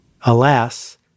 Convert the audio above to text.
Alas